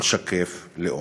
ולשקף לאום.